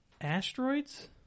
Asteroids